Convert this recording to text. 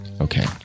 Okay